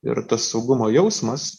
ir tas saugumo jausmas